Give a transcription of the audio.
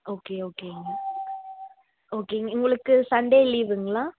okay ஓகேங்க okay உங்களுக்கு Sunday லீவுங்களா